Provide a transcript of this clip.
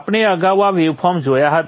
આપણે અગાઉ આ વેવફોર્મ્સ જોયા હતા